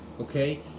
okay